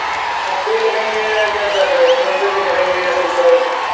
اچھا پے کریں گے فونپے سے کریں گے یا پھر کیش